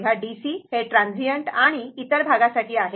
तेव्हा डीसी हे ट्रांझिएंट आणि इतर भागासाठी आहे